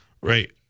Right